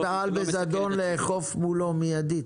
אבל מי שפעל בזדון, לאכוף מולו מידית.